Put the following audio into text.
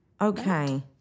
Okay